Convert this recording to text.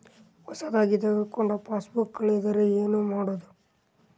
ಹೊಸದಾಗಿ ತೆಗೆದುಕೊಂಡ ಪಾಸ್ಬುಕ್ ಕಳೆದರೆ ಏನು ಮಾಡೋದು?